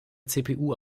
cpu